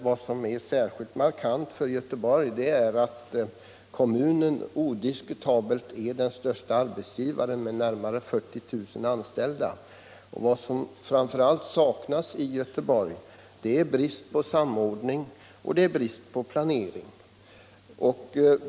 Vad som är särskilt markant för Göteborg är att kommunen odiskutabelt är den störste arbetsgivaren med närmare 40 000 anställda. Vad som framför allt saknas i Göteborg är samordning och planering.